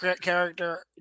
character